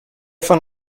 von